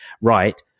right